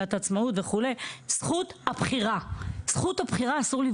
מגילת העצמאות וכולי אסור לפגוע בזכות הבחירה נקודה.